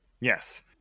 Yes